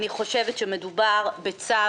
אני חושבת שמדובר בצו